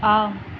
ஆம்